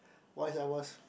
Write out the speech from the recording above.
why I was